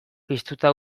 piztuta